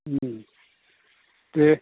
ओम दे